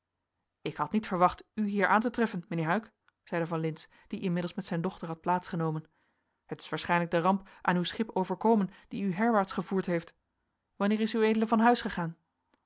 ik had niet verwacht u hier aan te treffen mijnheer huyck zeide van lintz die inmiddels met zijn dochter had plaats genomen het is waarschijnlijk de ramp aan uw schip overkomen die u herwaarts gevoerd heeft wanneer is ued van huis gegaan